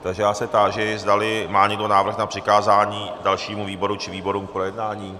Takže já se táži, zdali má někdo návrh na přikázání dalšímu výboru či výborům k projednání.